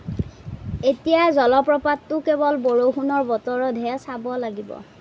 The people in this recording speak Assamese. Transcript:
এতিয়া জলপ্ৰপাতটো কেৱল বৰষুণৰ বতৰতহে চাব লাগিব